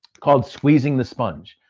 called squeezing the sponge.